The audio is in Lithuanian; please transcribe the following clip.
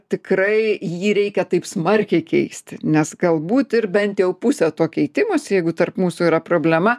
tikrai jį reikia taip smarkiai keisti nes galbūt ir bent jau pusę to keitimosi jeigu tarp mūsų yra problema